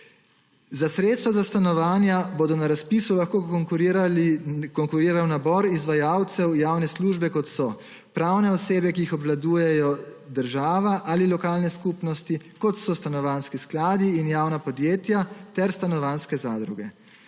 Za sredstva za stanovanja bo na razpisu lahko konkuriral nabor izvajalcev javne službe, kot so pravne osebe, ki jih obvladuje država ali lokalne skupnosti, kot so stanovanjski skladi in javna podjetja ter stanovanjske zadruge.